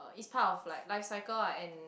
is part of like life cycle ah and